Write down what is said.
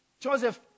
Joseph